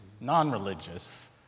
non-religious